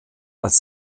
als